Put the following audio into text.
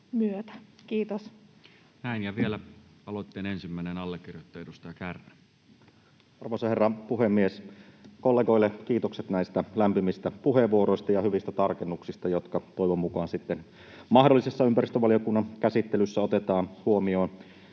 Kiitos. Näin. — Ja vielä aloitteen ensimmäinen allekirjoittaja, edustaja Kärnä. Arvoisa herra puhemies! Kollegoille kiitokset näistä lämpimistä puheenvuoroista ja hyvistä tarkennuksista, jotka toivon mukaan sitten mahdollisessa ympäristövaliokunnan käsittelyssä otetaan huomioon.